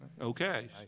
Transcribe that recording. Okay